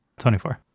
24